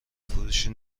فروشی